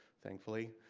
thankfully